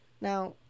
Now